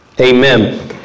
Amen